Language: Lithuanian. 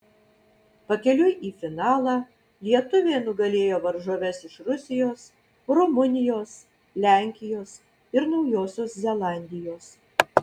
pakeliui į finalą lietuvė nugalėjo varžoves iš rusijos rumunijos lenkijos ir naujosios zelandijos